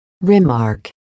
Remark